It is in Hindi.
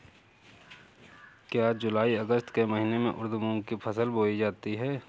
क्या जूलाई अगस्त के महीने में उर्द मूंग की फसल बोई जाती है?